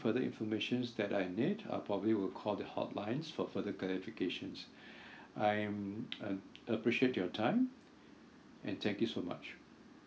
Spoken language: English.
further information that I need I'll probably will call the hotlines for further clarifications I'm uh appreciate your time and thank you so much